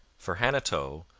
for hanotaux,